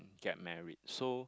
get married so